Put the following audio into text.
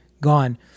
gone